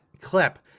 clip